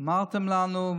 אמרתם לנו.